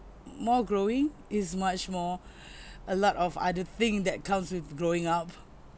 more growing is much more a lot of other thing that comes with growing up